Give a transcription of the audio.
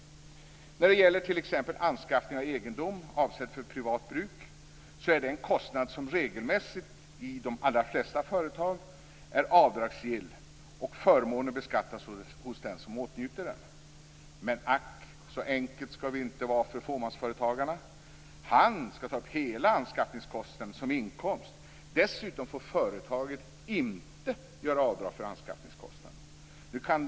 När det gäller anskaffning av egendom avsett för privat bruk är det en kostnad som regelmässigt i de allra flesta företag är avdragsgill. Förmånen beskattas således hos den som åtnjuter den. Men, ack så enkelt skall det inte vara för fåmansföretagaren! Han skall ta upp hela anskaffningskostnaden som inkomst. Dessutom får företaget inte göra avdrag för anskaffningskostnaden.